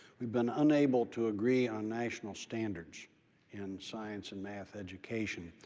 we've been unable to agree on national standards in science and math education.